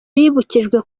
bibukijwe